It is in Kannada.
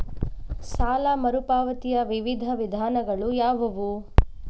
ಸಾಲ ಮರುಪಾವತಿಯ ವಿವಿಧ ವಿಧಾನಗಳು ಯಾವುವು?